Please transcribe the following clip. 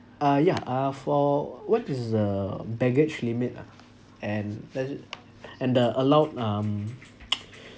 ah yeah uh for what is the baggage limit ah and does it and the allowed um